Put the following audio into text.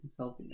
selfie